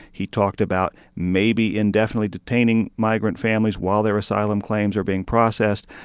he talked about maybe indefinitely detaining migrant families while their asylum claims are being processed.